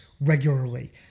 regularly